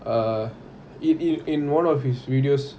uh i~ i~ in one of his videos